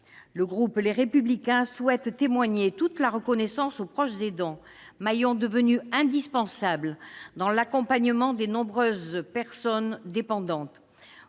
Le groupe Les Républicains souhaite témoigner toute sa reconnaissance aux proches aidants, maillon devenu indispensable dans l'accompagnement de nombreuses personnes dépendantes.